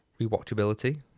rewatchability